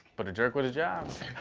but jerk with a job.